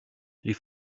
les